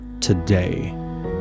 today